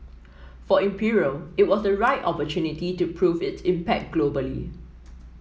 for imperial it was the right opportunity to prove its impact globally